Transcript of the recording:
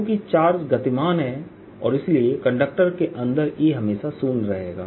चूंकि चार्ज गतिमान हैं और इसलिए कंडक्टर के अंदर E हमेशा शून्य रहेगा